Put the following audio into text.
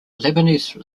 lebanese